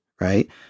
right